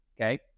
okay